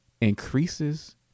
increases